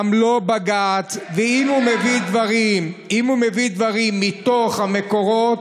אם הוא מביא דברים מתוך המקורות,